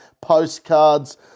Postcards